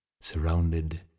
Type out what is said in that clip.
surrounded